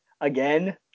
again